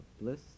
bliss